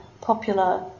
popular